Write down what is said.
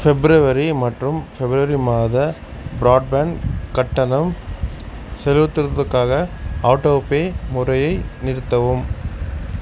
பிப்ரவரி மற்றும் பிப்ரவரி மாத பிராட்பேண்ட் கட்டணம் செலுத்துறதுக்காக ஆட்டோபே முறையை நிறுத்தவும்